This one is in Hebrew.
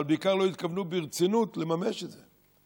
אבל בעיקר לא התכוונו ברצינות לממש את זה.